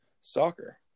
soccer